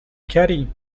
کری